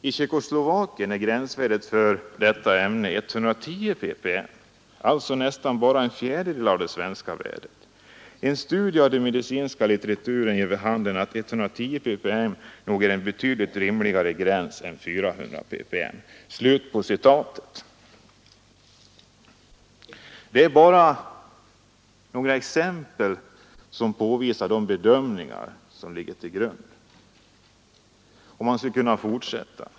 I Tjeckoslovakien är gränsvärdet för etylacetat 110 ppm, alltså nästan bara en fjärdedel av det svenska värdet. En studie av den medicinska litteraturen ger vid handen att 110 ppm nog är en betydligt rimligare gräns än 400 ppm.” Det är bara några exempel som påvisar de bedömningar som ligger till grund för gränsvärdena, och man skulle kunna fortsätta.